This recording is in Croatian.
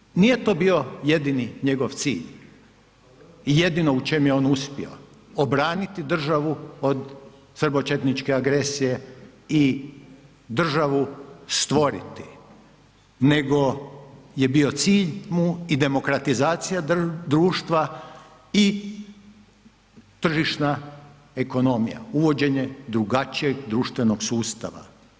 Međutim, nije to bio jedini njegov cilj i jedino u čemu je on uspio, obraniti državu od srbočetničke agresije i državu stvoriti, nego mu je bio cilj i demokratizacija društva i tržišna ekonomija, uvođenje drugačijeg društvenog sustava.